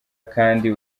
kandi